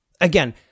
Again